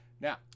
Now